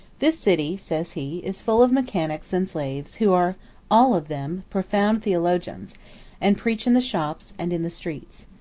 this city, says he, is full of mechanics and slaves, who are all of them profound theologians and preach in the shops, and in the streets.